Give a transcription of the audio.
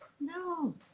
No